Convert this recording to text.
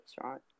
right